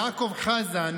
יעקב חזן,